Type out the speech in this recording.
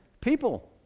people